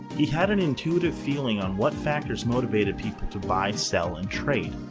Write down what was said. he had an intuitive feeling on what factors motivated people to buy, sell, and trade.